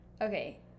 Okay